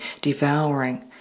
devouring